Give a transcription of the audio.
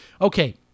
Okay